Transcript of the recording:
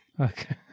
Okay